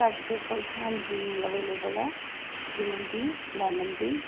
ਸਾਡੇ ਕੋਲ ਹਾਂਜੀ ਅਵੇਲੇਬਲ ਹੈ ਗਰੀਨ ਟੀ ਲੈਮਨ ਟੀ